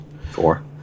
four